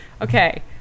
Okay